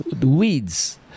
weeds